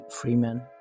Freeman